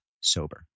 sober